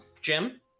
Jim